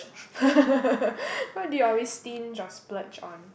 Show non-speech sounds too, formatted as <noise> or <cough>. <laughs> what do you always stinge or splurge on